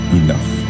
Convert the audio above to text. enough